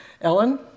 Ellen